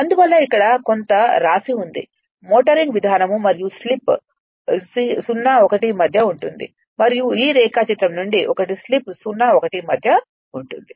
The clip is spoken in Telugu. అందువల్ల ఇక్కడ కొంత రాసి ఉంది మోటరింగ్ విధానంమరియు స్లిప్ 01 మధ్య ఉంటుంది మరియు ఈ రేఖాచిత్రం నుండి ఒకటి స్లిప్ 01 మధ్య ఉంటుంది